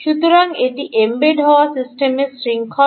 সুতরাং এটি এম্বেড হওয়া সিস্টেমের শৃঙ্খল